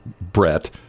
Brett –